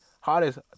hottest